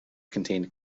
contained